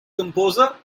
composer